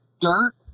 dirt